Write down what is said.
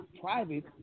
private